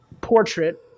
portrait